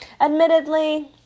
Admittedly